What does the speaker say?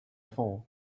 phone